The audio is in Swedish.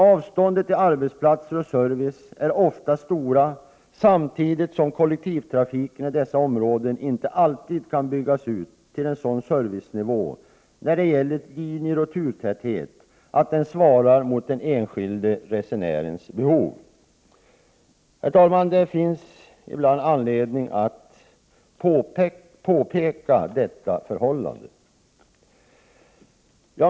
Avstånden till arbetsplatser och service är ofta stora samtidigt som kollektivtrafiken i dessa områden inte alltid kan byggas ut till en sådan servicenivå, när det gäller linjer och turtäthet, att den svarar mot den enskilde resenärens behov. Herr talman! Det finns ibland anledning att påpeka detta förhållande.